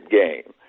game